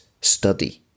Study